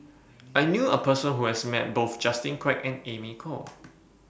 I knew A Person Who has Met Both Justin Quek and Amy Khor